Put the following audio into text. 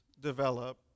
develop